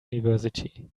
university